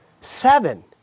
Seven